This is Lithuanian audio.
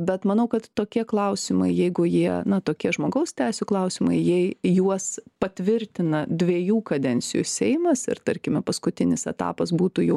bet manau kad tokie klausimai jeigu jie na tokie žmogaus teisių klausimai jei juos patvirtina dviejų kadencijų seimas ir tarkime paskutinis etapas būtų jau